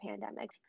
pandemic